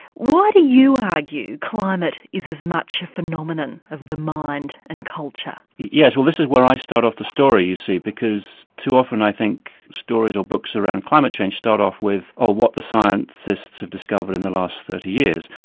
you argue climate is as much a phenomenon of the mind and culture? yes, well this is where i start off the story, you see, because too often i think stories or books around climate change start off with oh what the scientists have discovered in the last thirty years.